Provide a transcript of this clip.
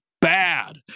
bad